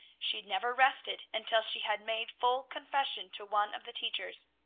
she never rested until she had made full confession to one of the teachers.